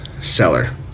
seller